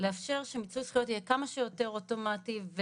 לאפשר שמיצוי הזכויות יהיה כמה שיותר אוטומטי.